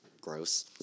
gross